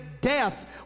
death